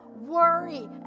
worry